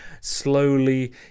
slowly